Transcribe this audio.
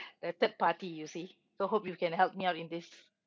a third party you see so hope you can help me out in this